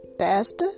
best